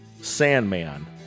Sandman